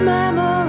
Memories